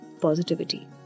positivity